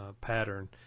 pattern